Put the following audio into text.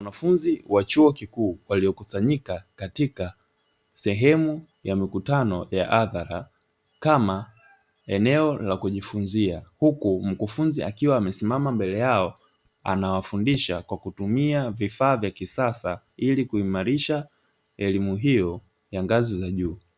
Wanafunzi wa chuo kikuu waliokusanyika katika sehemu ya mkutano ya hadhara kama eneo la kujifunza, huku mkufunzi akiwa amesimama mbele yao anawafundisha kwa kutumia vifaa vya kisasa ili kuimarisha elimu hiyo ya ngazi za juu.